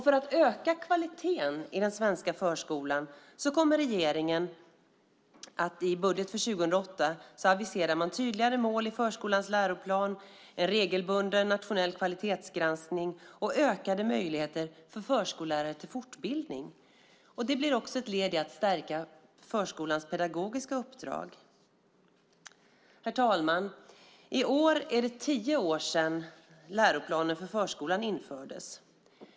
För att öka kvaliteten i den svenska förskolan aviserar regeringen i budget för 2008 tydligare mål i förskolans läroplan, en regelbunden nationell kvalitetsgranskning och ökade möjligheter till fortbildning för förskollärare. Det blir också ett led i att stärka förskolans pedagogiska uppdrag. Herr talman! I år är det tio år sedan läroplanen för förskolan infördes.